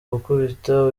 gukubita